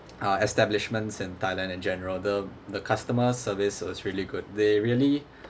uh establishments in thailand in general the the customer service was really good they really